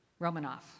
Romanov